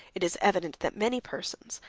it is evident that many persons,